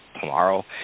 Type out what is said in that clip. tomorrow